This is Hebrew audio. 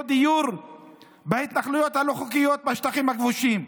דיור בהתנחלויות הלא-חוקיות בשטחים הכבושים.